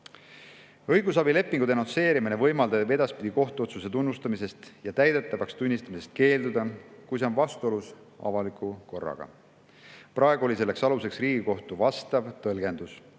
Õigusabilepingu denonsseerimine võimaldab edaspidi keelduda kohtuotsuse tunnustamisest ja täidetavaks tunnistamisest, kui see on vastuolus avaliku korraga. [Seni] oli selleks aluseks Riigikohtu tõlgendus,